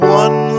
one